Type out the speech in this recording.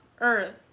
Earth